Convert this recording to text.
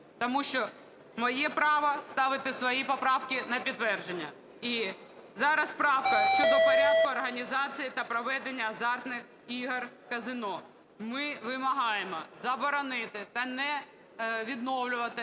тому що моє право ставити свої поправки на підтвердження. І зараз правка щодо порядку організації та проведення азартних ігор в казино. Ми вимагаємо заборонити та не відновлювати